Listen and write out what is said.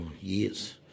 years